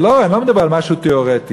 אני לא מדבר על משהו תיאורטי,